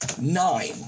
nine